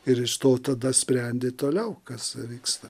ir iš to tada sprendi toliau kas vyksta